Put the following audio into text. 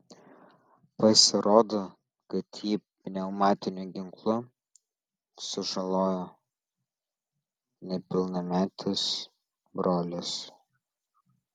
pasirodo kad jį pneumatiniu ginklu sužalojo nepilnametis brolis